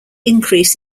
increase